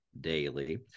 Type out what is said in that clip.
daily